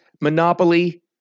Monopoly